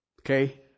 Okay